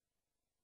דרעי.